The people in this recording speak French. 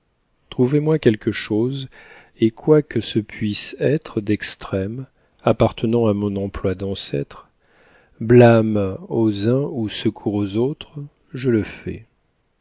trouvez-moi quelque chose et quoi que ce puisse être d'extrême appartenant à mon emploi d'ancêtre blâme aux uns ou secours aux autres je le